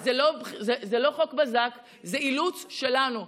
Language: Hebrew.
אז זה לא חוק בזק, זה אילוץ שלנו.